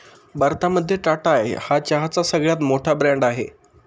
भारतामध्ये टाटा हा चहाचा सगळ्यात मोठा ब्रँड आहे